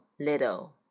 Little